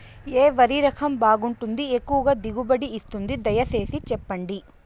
ఏ వరి రకం బాగుంటుంది, ఎక్కువగా దిగుబడి ఇస్తుంది దయసేసి చెప్పండి?